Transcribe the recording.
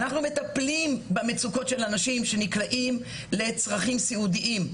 אנחנו מטפלים במצוקות של אנשים שנקלעים לצרכים סיעודיים.